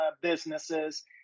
businesses